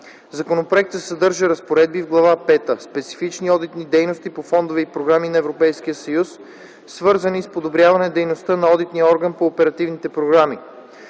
Законопроектът съдържа разпоредби в Глава пета „Специфични одитни дейности по фондове и програми на Европейския съюз”, свързани с подобряване дейността на Одитния орган по Оперативните програми.